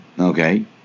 okay